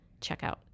checkout